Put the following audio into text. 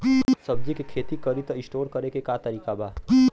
सब्जी के खेती करी त स्टोर करे के का तरीका बा?